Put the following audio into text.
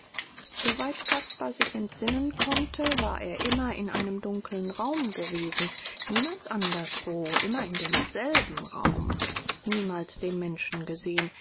soweit caspar sich entsinnen konnte war er immer in einem dunkeln raum gewesen niemals anderswo immer in demselben raum niemals den menschen gesehen